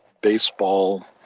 baseball